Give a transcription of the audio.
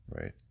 right